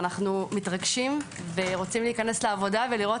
אנו מתרגשים ורוצים להיכנס לעבודה ולראות